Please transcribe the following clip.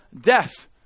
death